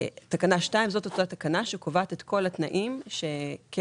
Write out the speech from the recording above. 2 זאת אותה תקנה שקובעת את כל התנאים שקרן